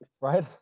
Right